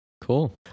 Cool